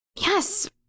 Yes